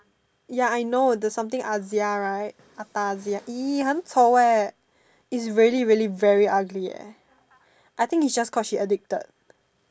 ya I know there's something Azia right Atazia !ee! 很丑 eh it's really really very ugly eh I think it's just cause she addicted